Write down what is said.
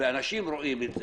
אנשים רואים את זה.